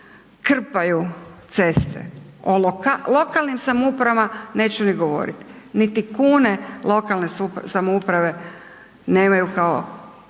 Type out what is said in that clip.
krpaju ceste. O lokalnim samoupravama neću ni govorit, niti kune lokalne samouprave nemaju kao